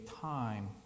time